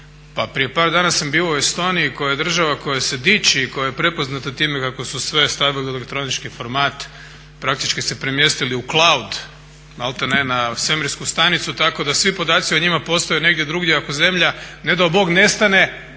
Pa prije par dana sam bio u Estoniji koja je država koja se diči i koja je prepoznata time kako su sve stavili u elektronički format, praktički se premjestili u cloud maltene na svemirsku stanicu tako da svi podaci o njima postoje negdje drugdje. Ako zemlja ne dao Bog nestane